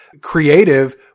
creative